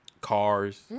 cars